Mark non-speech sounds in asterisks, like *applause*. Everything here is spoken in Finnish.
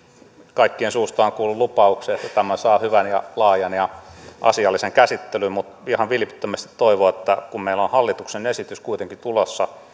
kaikkien suusta olen kuullut lupauksen että tämä saa hyvän ja laajan ja asiallisen käsittelyn ihan vilpittömästi toivon että kun meillä on hallituksen esitys kuitenkin tulossa *unintelligible*